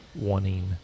wanting